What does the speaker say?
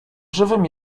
żywym